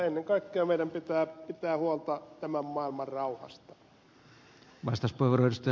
ennen kaikkea meidän pitää pitää huolta tämän maailman rauhasta